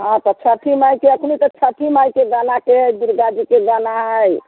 हँ तऽ छठि माइकेँ अखनि तऽ छठि माइकेँ गानाके दुर्गा जीकेँ गाना हय